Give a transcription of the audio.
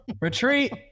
Retreat